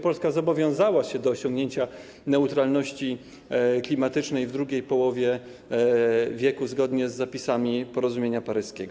Polska zobowiązała się do osiągnięcia neutralności klimatycznej w drugiej połowie wieku zgodnie z zapisami Porozumienia paryskiego.